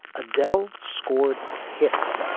adele scored hits.